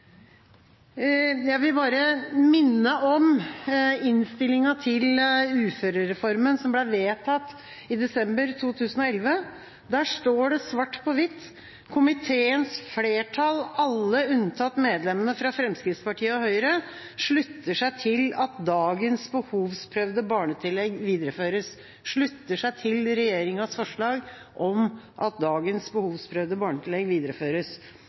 Jeg vil bare minne om innstillinga til uførereformen, som ble vedtatt i desember 2011. Der står det svart på hvitt: «Komiteens flertall, alle unntatt medlemmene fra Fremskrittspartiet og Høyre, slutter seg til at dagens behovsprøvde barnetillegg videreføres.» Fremskrittspartiets forslag var: «Stortinget ber regjeringen fremme de nødvendige lovendringer slik at samlet uføretrygd, inkludert barnetillegg,